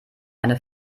eine